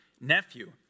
nephew